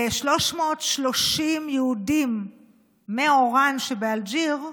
330 יהודים מאוראן שבאלג'יר,